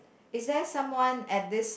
is there someone at this